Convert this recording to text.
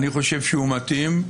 שאני חושב שהוא מתאים,